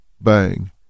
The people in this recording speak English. bang